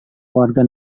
warga